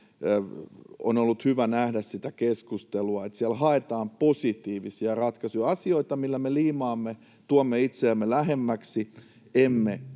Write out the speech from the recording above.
on ollut hyvä nähdä sitä keskustelua, että siellä haetaan positiivisia ratkaisuja, asioita, millä me liimaamme ja tuomme itseämme lähemmäksi, emme